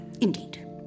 Indeed